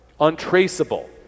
Untraceable